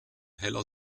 heller